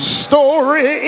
story